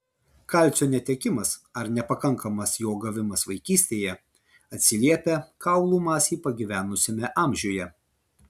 kalcio netekimas ar nepakankamas jo gavimas vaikystėje atsiliepia kaulų masei pagyvenusiame amžiuje